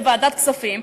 בוועדת הכספים,